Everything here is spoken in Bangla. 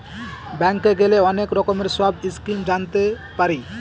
ব্যাঙ্কে গেলে অনেক রকমের সব স্কিম জানতে পারি